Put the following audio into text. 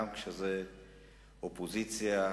גם כשהן באות מהאופוזיציה.